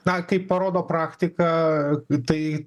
na kaip parodo praktika tai